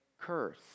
curse